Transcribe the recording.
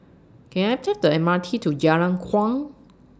Can I Take The M R T to Jalan Kuang